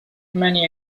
many